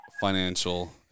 financial